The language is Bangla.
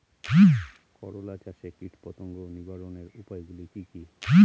করলা চাষে কীটপতঙ্গ নিবারণের উপায়গুলি কি কী?